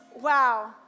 wow